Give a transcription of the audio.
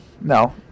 No